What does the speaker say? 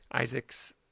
Isaac's